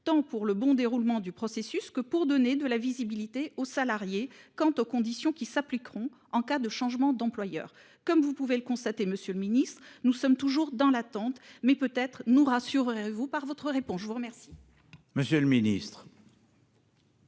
tant pour le bon déroulement du processus que pour donner de la visibilité aux salariés. Quant aux conditions qui s'appliqueront en cas de changement d'employeur, comme vous pouvez le constater. Monsieur le Ministre, nous sommes toujours dans l'attente, mais peut être nous rassurez-vous par votre réponse je vous remercie. Monsieur le Ministre.